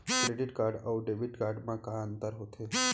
Credit card अऊ debit card मा का अंतर होथे?